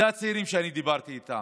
זה הצעירים שאני דיברתי איתם.